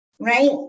right